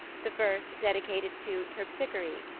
the first dedicated to terpsichore,